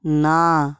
না